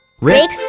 Rick